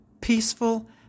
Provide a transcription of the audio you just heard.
peaceful